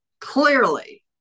clearly